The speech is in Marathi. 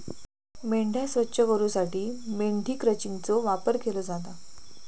मेंढ्या स्वच्छ करूसाठी मेंढी क्रचिंगचो वापर केलो जाता